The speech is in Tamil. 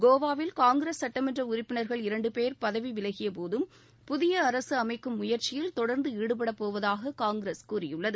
கோவாவில் காங்கிரஸ் சட்டமன்ற உறுப்பினர்கள் இரண்டு பேர் பதவி விலகிய போதும் புதிய அரசு அமைக்கும் முயற்சியில் தொடர்ந்து ஈடுபடப் போவதாக காங்கிரஸ் கூறியுள்ளது